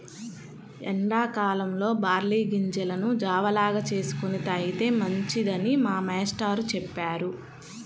ఎండా కాలంలో బార్లీ గింజలను జావ లాగా చేసుకొని తాగితే మంచిదని మా మేష్టారు చెప్పారు